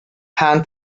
pan